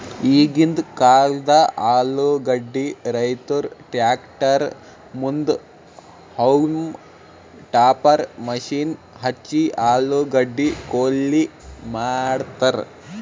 ಈಗಿಂದ್ ಕಾಲ್ದ ಆಲೂಗಡ್ಡಿ ರೈತುರ್ ಟ್ರ್ಯಾಕ್ಟರ್ ಮುಂದ್ ಹೌಲ್ಮ್ ಟಾಪರ್ ಮಷೀನ್ ಹಚ್ಚಿ ಆಲೂಗಡ್ಡಿ ಕೊಯ್ಲಿ ಮಾಡ್ತರ್